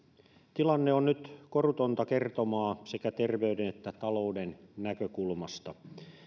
tilanne on nyt korutonta kertomaa sekä terveyden että talouden näkökulmasta